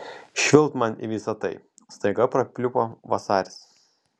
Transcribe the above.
švilpt man į visa tai staiga prapliupo vasaris